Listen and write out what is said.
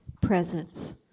presence